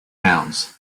towns